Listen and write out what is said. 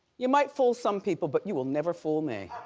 you might fool some people, but you will never fool me.